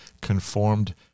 conformed